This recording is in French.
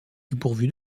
dépourvu